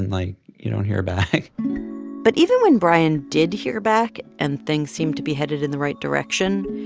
and like, you don't hear back but even when brian did hear back and things seemed to be headed in the right direction,